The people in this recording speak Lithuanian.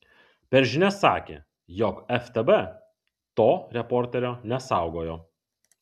per žinias sakė jog ftb to reporterio nesaugojo